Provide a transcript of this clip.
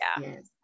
yes